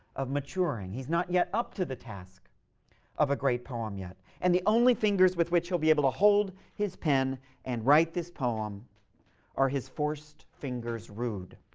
of maturing. he's not yet up to the task of a great poem yet. and the only fingers with which he'll be able to hold his pen and write this poem are his forced fingers rude